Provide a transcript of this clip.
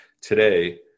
today